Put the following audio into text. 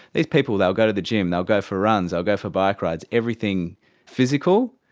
these people, they'll go to the gym, they'll go for runs, they'll go for bike rides, everything physical,